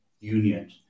union